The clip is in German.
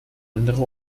andere